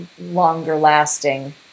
longer-lasting